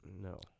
No